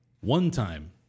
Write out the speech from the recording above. one-time